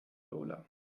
lola